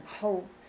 hope